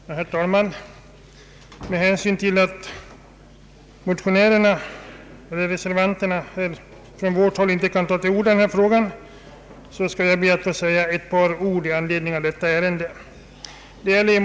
Herr talman! Med hänsyn till att reservanterna från vårt håll inte är närvarande vill jag säga ett par ord i denna fråga.